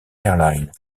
airlines